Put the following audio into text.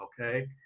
okay